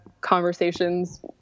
conversations